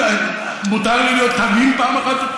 מותר לי להיות תמים פעם אחת,